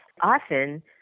Often